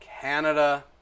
Canada